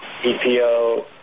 EPO